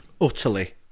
Utterly